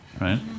right